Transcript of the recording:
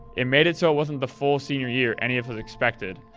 it made it so it wasn't the full senior year any of us expected.